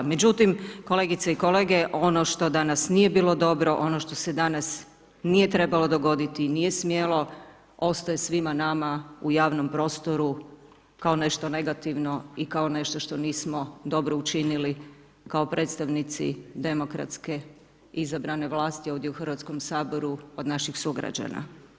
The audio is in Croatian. Međutim, kolegice i kolege, ono što danas nije bilo dobro, ono što se danas nije trebalo dogoditi, nije smjelo, ostaje svima nama u javnom prostoru kao nešto negativno i kao nešto što nismo dobro učinili kao predstavnici demokratske izabrane vlasti ovdje u Hrvatskom saboru od naših sugrađana.